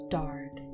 dark